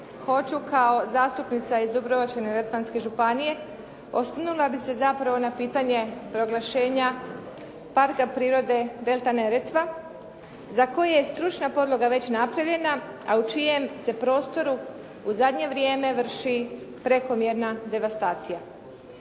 hoću kao zastupnica iz Dubrovačko-Neretvanske županije, osvrnula bih se zapravo na pitanje proglašenja Parka prirode delta Neretva za koji je stručna podloga već napravljena a u čijem se prostoru u zadnje vrijeme vrši prekomjerna devastacija.